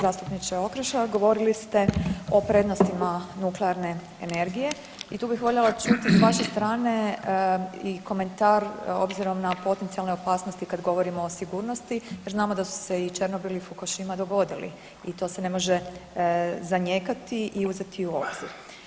Zastupniče Okroša govorili ste o prednostima nuklearne energije i tu bih voljela čuti s vaše strane i komentar obzirom na potencijalne opasnosti kad govorimo o sigurnosti jer znamo da su se i Černobil i Fukushima dogodili i to se ne može zanijekati i uzeti u obzir.